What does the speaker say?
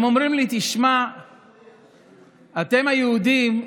הם אומרים לי: תשמע, אתם, היהודים,